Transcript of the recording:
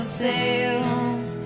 sails